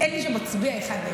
אין לי שם מצביע אחד.